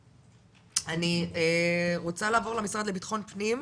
אני רוצה לעבור למשרד לביטחון פנים,